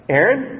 Aaron